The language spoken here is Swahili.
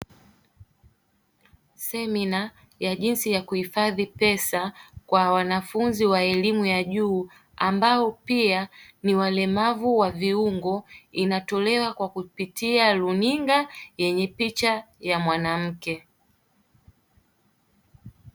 Semina ya jinsi ya kuhifadhi pesa kwa wanafunzi wa elimu ya juu ambao pia ni walemavu wa viungo, inatolewa kwa kupitia runinga yenye picha ya mwanamke.